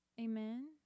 Amen